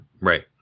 Right